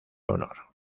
honor